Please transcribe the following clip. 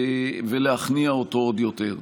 ולהכניע אותו עוד יותר.